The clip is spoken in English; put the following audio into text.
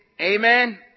Amen